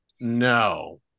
No